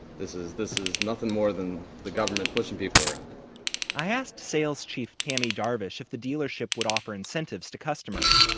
this is this is nothing more than the government pushing people around i asked sales chief tammy darvish if the dealership would offer incentives to customers.